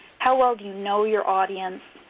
how well do you know your audience.